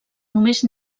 només